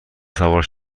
سوار